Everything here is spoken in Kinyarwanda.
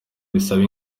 bisaba